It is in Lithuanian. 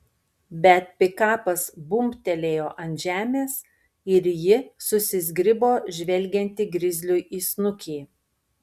bet pikapas bumbtelėjo ant žemės ir ji susizgribo žvelgianti grizliui į snukį